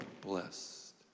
blessed